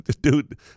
Dude